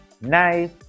nice